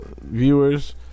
Viewers